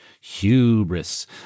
hubris